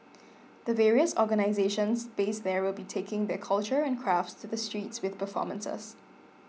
the various organisations based there will be taking their culture and crafts to the streets with performances